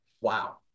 Wow